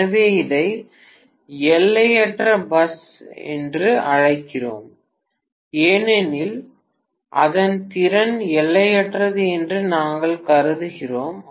எனவே இதை எல்லையற்ற பஸ் என்று அழைக்கிறோம் ஏனெனில் அதன் திறன் எல்லையற்றது என்று நாங்கள் கருதுகிறோம்